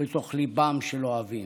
בתוך ליבם של אהובים,